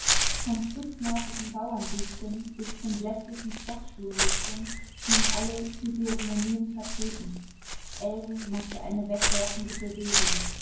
vom stupsnasigen bauernbübchen bis zum bläßlichen stadtschulmädchen schienen alle physiognomien vertreten else machte eine wegwerfende bewegung